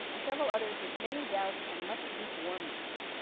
and several others, with many doubts and much lukewarmness.